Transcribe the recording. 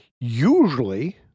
Usually